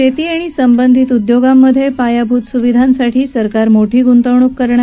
शेती आणि संबंधित उद्योगांमधे पायाभूत सुविधांसाठी सरकार मोठी गुंतवणूक करणार